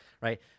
right